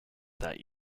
that